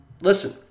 Listen